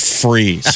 freeze